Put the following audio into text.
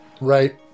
Right